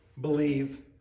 believe